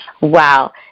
Wow